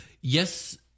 Yes